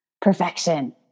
perfection